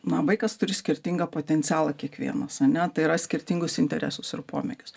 na vaikas turi skirtingą potencialą kiekvienas ane tai yra skirtingus interesus ir pomėgius